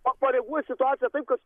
pakoreguos situaciją taip kad